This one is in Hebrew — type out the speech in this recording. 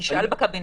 תשאל בקבינט.